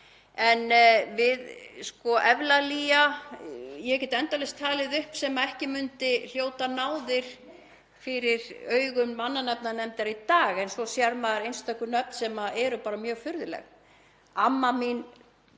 nafn. Evlalía; ég get endalaust talið upp nöfn sem ekki myndu hljóta náð fyrir augum mannanafnanefndar í dag, en svo sér maður einstaka nöfn sem eru bara mjög furðuleg. Amma mín